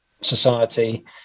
society